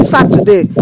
Saturday